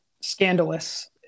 scandalous